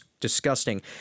disgusting